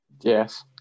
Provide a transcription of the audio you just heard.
Yes